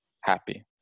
happy